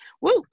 Woo